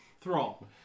Thrall